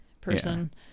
person